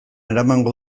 eramango